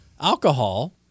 alcohol